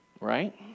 right